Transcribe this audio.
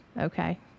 Okay